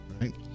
right